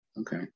Okay